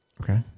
Okay